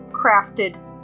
crafted